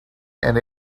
and